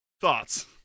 Thoughts